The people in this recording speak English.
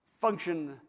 function